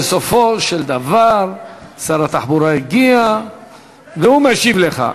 בסופו של דבר שר התחבורה הגיע והוא משיב לך.